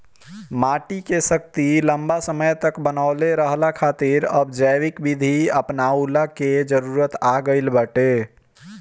माटी के शक्ति लंबा समय तक बनवले रहला खातिर अब जैविक विधि अपनऊला के जरुरत आ गईल बाटे